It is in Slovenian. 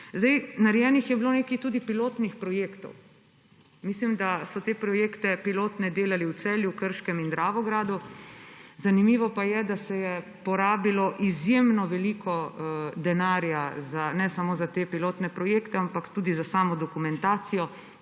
Narejenih je bilo tudi nekaj pilotnih projektov. Mislim, da so te pilotne projekte delali v Celju, Krškem in Dravogradu. Zanimivo pa je, da se je porabilo izjemno veliko denarja ne samo za te pilotne projekte, ampak tudi za samo dokumentacijo,